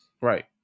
right